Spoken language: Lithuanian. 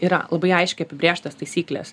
yra labai aiškiai apibrėžtos taisyklės